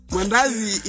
Mandazi